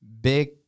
big